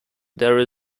there